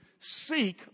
Seek